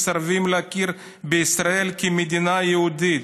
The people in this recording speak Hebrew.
מסרבים להכיר בישראל כמדינה יהודית.